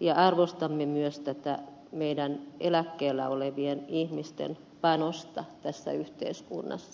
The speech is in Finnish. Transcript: ja arvostamme myös tätä meidän eläkkeellä olevien ihmisten panosta tässä yhteiskunnassa